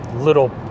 Little